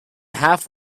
half